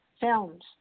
films